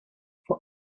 for